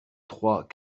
trois